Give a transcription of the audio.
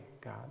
God